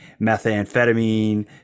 methamphetamine